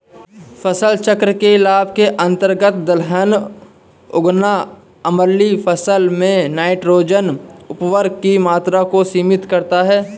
फसल चक्र के लाभ के अंतर्गत दलहन उगाना आगामी फसल में नाइट्रोजन उर्वरक की मात्रा को सीमित करता है